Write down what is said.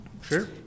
sure